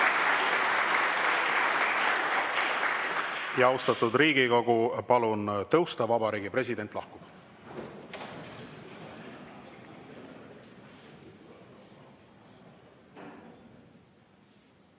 Austatud Riigikogu! Palun tõusta, Vabariigi President lahkub.